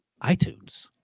iTunes